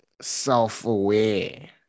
Self-aware